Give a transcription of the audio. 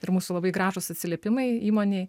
ir mūsų labai gražūs atsiliepimai įmonėj